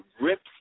rips